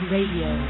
Radio